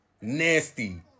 Nasty